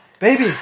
Baby